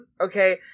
Okay